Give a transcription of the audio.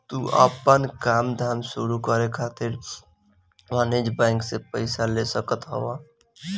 तू आपन काम धाम शुरू करे खातिर वाणिज्यिक बैंक से पईसा ले सकत हवअ